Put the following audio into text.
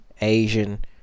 Asian